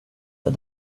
but